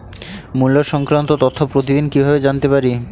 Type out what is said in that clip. মুল্য সংক্রান্ত তথ্য প্রতিদিন কিভাবে জানতে পারি?